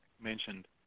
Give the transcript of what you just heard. mentioned